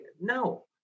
no